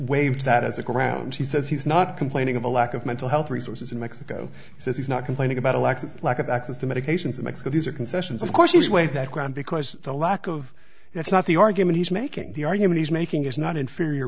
waived that as a ground he says he's not complaining of a lack of mental health resources in mexico he says he's not complaining about alexis lack of access to medications in mexico these are concessions of course he's waived that ground because the lack of that's not the argument he's making the argument he's making is not inferior